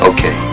Okay